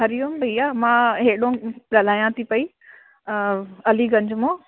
हरि भईया मां एडो ॻाल्हायां थी पई अलीगंज मां